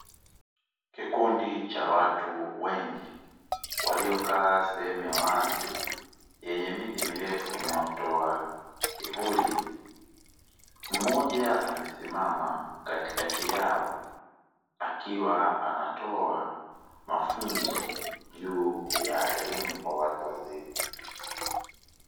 Kikundi cha watu wengi waliokaa sehemu ya wazi yenye miti mirefu inayotoa kivuli, mmoja amesimama katikati yao akiwa anatoa mafunzo juu ya elimu kwa watu wazima.